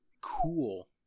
Cool